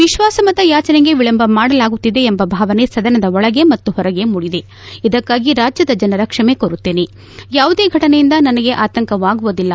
ವಿಶ್ವಾಸಮತ ಯಾಚನೆಗೆ ವಿಳಂಬ ಮಾಡಲಾಗುತ್ತಿದೆ ಎಂಬ ಭಾವನೆ ಸದನದ ಒಳಗೆ ಮತ್ತು ಹೊರಗೆ ಮೂಡಿದೆ ಇದಕ್ಕಾಗಿ ರಾಜ್ಯದ ಜನರ ಕ್ಷಮೆ ಕೋರುತ್ತೇನೆ ಯಾವುದೇ ಘಟನೆಯಿಂದ ನನಗೆ ಆತಂಕವಾಗುವುದಿಲ್ಲ